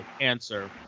answer